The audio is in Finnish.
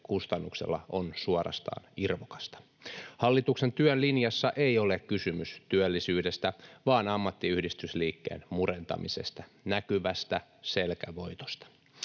kustannuksella on suorastaan irvokasta. Hallituksen työn linjassa ei ole kysymys työllisyydestä vaan ammattiyhdistysliikkeen murentamisesta, näkyvästä selkävoitosta.